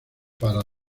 para